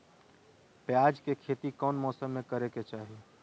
प्याज के खेती कौन मौसम में करे के चाही?